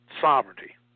sovereignty